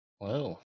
wow